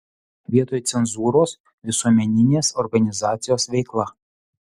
vietoj cenzūros visuomeninės organizacijos veikla